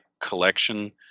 collection